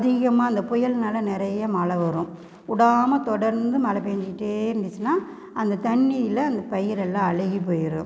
அதிகமாக இந்த புயல்னால நிறையா மழை வரும் விடாம தொடர்ந்து மழை பேஞ்சிக்கிட்டே இருந்துச்சுன்னால் அந்த தண்ணீரில அந்த பயிரெல்லாம் அழுகி போய்ரும்